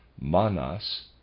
Manas